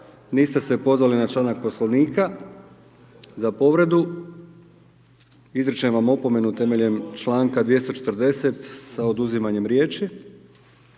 Niste se pozvali na članak za povredu, izričem vam opomenu temeljem članka 240 sa oduzimanjem riječi.